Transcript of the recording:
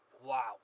Wow